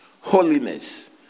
holiness